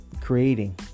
Creating